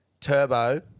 Turbo